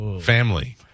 Family